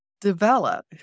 develop